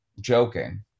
joking